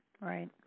right